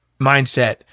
mindset